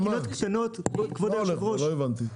לא הבנתי,